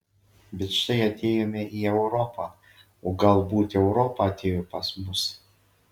bet štai atėjome į europą o galbūt europa atėjo pas mus